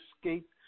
escape